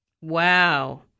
Wow